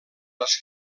les